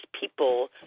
people